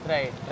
Right